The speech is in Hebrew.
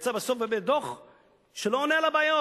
ויצא בסוף באמת דוח שלא עונה על הבעיות.